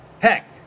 Heck